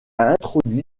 introduit